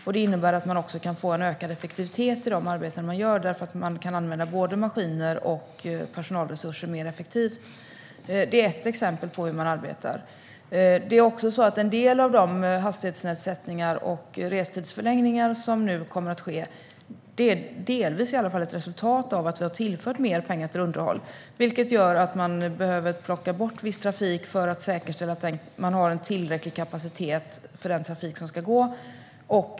På så sätt kan man få en ökad effektivitet i de arbeten man gör, eftersom man kan använda både maskiner och personalresurser mer effektivt. Det är ett exempel på hur man arbetar. Det är också så att en del av de hastighetsnedsättningar och restidsförlängningar som nu kommer att ske delvis är ett resultat av att vi har tillfört mer pengar till underhåll. Man behöver plocka bort viss trafik för att säkerställa att man har tillräcklig kapacitet för den trafik som ska gå.